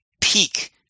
peak